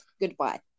Goodbye